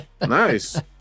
Nice